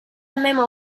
memo